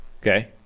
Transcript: Okay